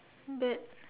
that